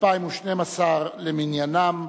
2012 למניינם.